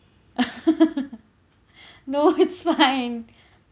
no it's fine